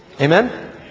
Amen